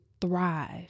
thrive